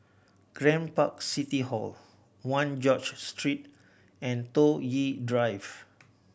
Grand Park City Hall One George Street and Toh Yi Drive